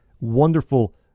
wonderful